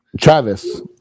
Travis